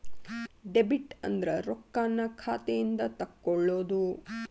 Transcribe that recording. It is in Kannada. ಡೆಬಿಟ್ ಅಂದ್ರ ರೊಕ್ಕಾನ್ನ ಖಾತೆಯಿಂದ ತೆಕ್ಕೊಳ್ಳೊದು